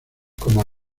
como